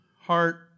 heart